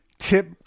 tip